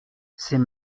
c’est